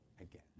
again